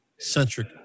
centric